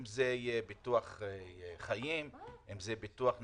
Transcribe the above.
אם זה ביטוח חיים, אם זה ביטוח מקיף,